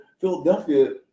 Philadelphia